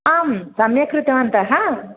आं सम्यक् कृतवन्तः